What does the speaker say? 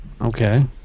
Okay